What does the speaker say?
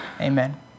Amen